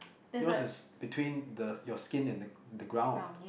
yours is between the your skin and the the ground